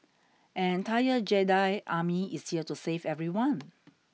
an entire Jedi Army is here to save everyone